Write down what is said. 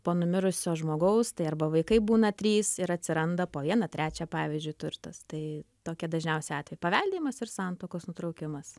po numirusio žmogaus tai arba vaikai būna trys ir atsiranda po vieną trečią pavyzdžiui turtas tai tokie dažniausi atvejai paveldėjimas ir santuokos nutraukimas